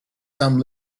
some